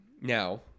Now